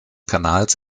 kanals